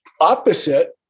opposite